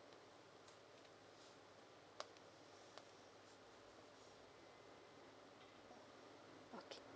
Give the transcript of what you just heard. okay